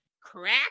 Crack